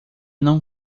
não